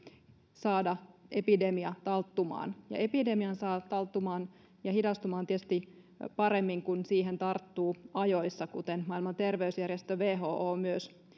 saada epidemia talttumaan ja epidemian saa talttumaan ja hidastumaan tietysti paremmin kun siihen tarttuu ajoissa kuten maailman terveysjärjestö who myös